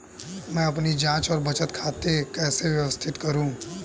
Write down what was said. मैं अपनी जांच और बचत खाते कैसे व्यवस्थित करूँ?